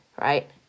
right